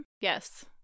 Yes